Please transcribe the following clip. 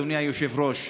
אדוני היושב-ראש,